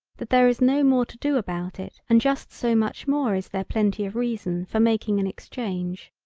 that there is no more to do about it and just so much more is there plenty of reason for making an exchange.